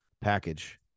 package